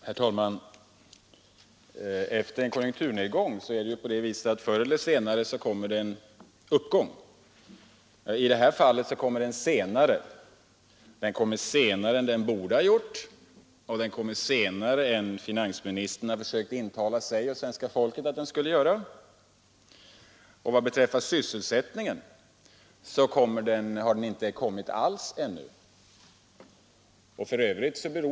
Herr talman! Efter en konjunkturnedgång kommer det förr eller senare en uppgång. I detta fall kommer den senare. Den kommer senare den borde ha gjort. Den kommer senare än vad finansministern har försökt intala sig och svenska folket att den skulle göra. Och vad beträffar sysselsättningen har den inte kommit alls ännu.